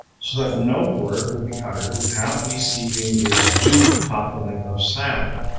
so that no word will be uttered without receiving its due complement of sound.